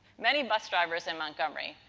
many bus drivers in montgomery.